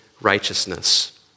righteousness